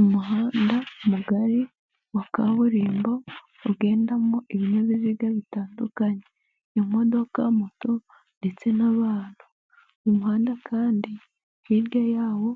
Umuhanda mugari wa kaburimbo ugendamo ibinyabiziga bitandukanye imodoka, moto ndetse n'abantu. Umuhanda kandi hirya yawo